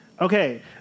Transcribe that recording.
Okay